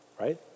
Right